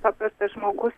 paprastas žmogus